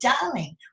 darling